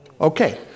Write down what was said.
Okay